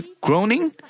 groaning